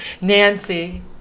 Nancy